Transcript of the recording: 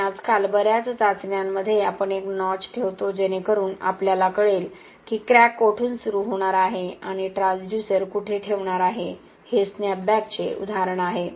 आणि आजकाल बर्याच चाचण्यांमध्ये आपण एक नॉच ठेवतो जेणेकरून आपल्याला कळेल की क्रॅक कोठून सुरू होणार आहे आणि ट्रान्सड्यूसर कुठे ठेवणार आहे हे स्नॅपबॅकचे उदाहरण आहे